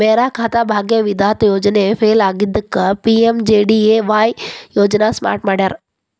ಮೇರಾ ಖಾತಾ ಭಾಗ್ಯ ವಿಧಾತ ಯೋಜನೆ ಫೇಲ್ ಆಗಿದ್ದಕ್ಕ ಪಿ.ಎಂ.ಜೆ.ಡಿ.ವಾಯ್ ಯೋಜನಾ ಸ್ಟಾರ್ಟ್ ಮಾಡ್ಯಾರ